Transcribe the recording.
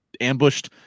ambushed